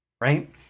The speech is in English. Right